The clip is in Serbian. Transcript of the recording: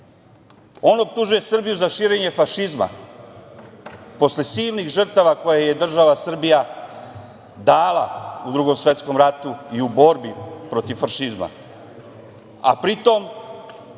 to. On optužuje Srbiju za širenje fašizma, posle silnih žrtava koje je država Srbija dala u Drugom svetskom ratu i u borbi protiv fašizma,